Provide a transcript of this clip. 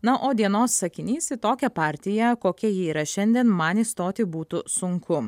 na o dienos sakinys į tokią partiją kokia ji yra šiandien man įstoti būtų sunku